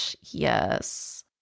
Yes